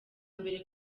mbere